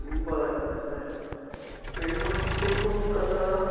बरं बरं बरं पण मग कुठून कसं